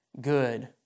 good